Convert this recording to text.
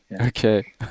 Okay